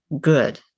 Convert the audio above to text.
good